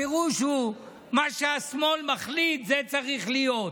הפירוש הוא שמה שהשמאל מחליט זה מה שצריך להיות,